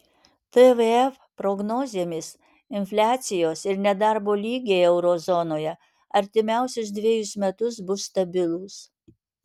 tvf prognozėmis infliacijos ir nedarbo lygiai euro zonoje artimiausius dvejus metus bus stabilūs